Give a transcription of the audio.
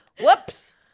Whoops